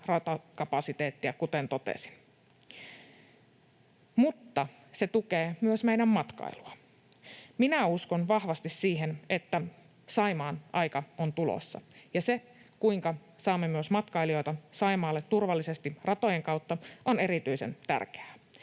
ratakapasiteettia, kuten totesin. Mutta se tukee myös meidän matkailua. Minä uskon vahvasti siihen, että Saimaan aika on tulossa, ja se, kuinka saamme myös matkailijoita Saimaalle turvallisesti ratojen kautta, on erityisen tärkeää.